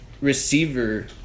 receiver